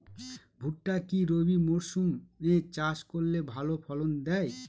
ভুট্টা কি রবি মরসুম এ চাষ করলে ভালো ফলন দেয়?